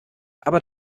aber